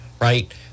right